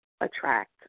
attract